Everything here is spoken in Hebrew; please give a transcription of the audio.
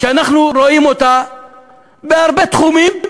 שאנחנו רואים אותה בהרבה תחומים,